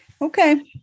Okay